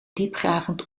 diepgravend